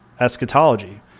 eschatology